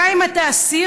גם אם אתה אסיר,